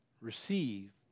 receive